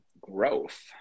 growth